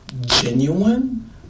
genuine